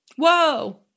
Whoa